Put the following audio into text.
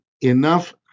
enough